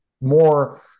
more